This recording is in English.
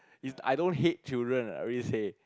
it's I don't hate children already say